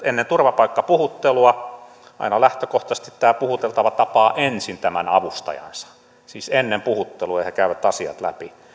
ennen turvapaikkapuhuttelua aina lähtökohtaisesti tämä puhuteltava tapaa ensin tämän avustajansa siis ennen puhuttelua he käyvät asiat läpi